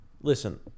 listen